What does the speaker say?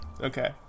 Okay